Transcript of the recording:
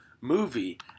movie